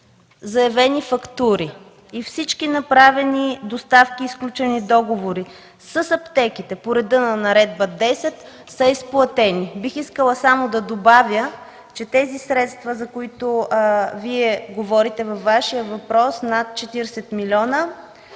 заявени фактури и всички направени доставки и сключени договори с аптеките по реда на Наредба № 10, са изплатени. Бих искала да добавя, че средствата, за които говорите във Вашия въпрос – над 40 милиона,